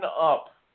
up